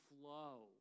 flow